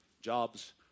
Jobs